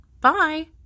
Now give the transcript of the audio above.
Bye